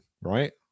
right